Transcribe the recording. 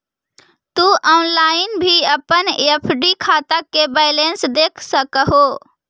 तु ऑनलाइन भी अपन एफ.डी खाता के बैलेंस देख सकऽ हे